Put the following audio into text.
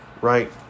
right